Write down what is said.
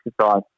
exercise